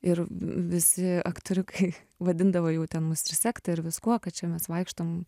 ir v visi aktoriukai vadindavo jau ten mus ir sekta ir viskuo kad čia mes vaikštom